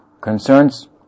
concerns